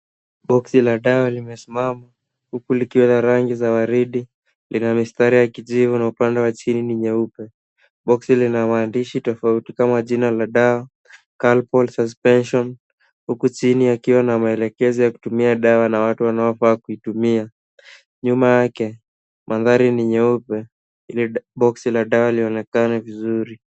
Boksi la dawa lime simama huku likiwa na rangi za waridi, ina mistari ya kijivu na upande wa chini ni nyeupe. Boksi lina maandishi tofauti kama jina la dawa calpol suspension huku chini yakiwa na maelekezo yakutumia dawa na watu wanaofaa kuitumia. Nyuma yake mandhari ni nyeupe ili boksi la dawa linaonekana vizuri.